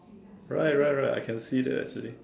right right right I can see that actually